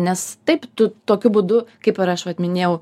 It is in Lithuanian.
nes taip tu tokiu būdu kaip ir aš vat minėjau